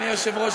אדוני היושב-ראש,